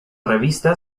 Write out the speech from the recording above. revista